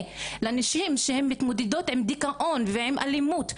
לנשים שהן מתמודדות עם דיכאון ועם אלימות,